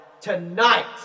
tonight